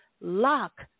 lock